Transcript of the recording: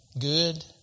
good